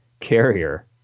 Carrier